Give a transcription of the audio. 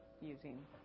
using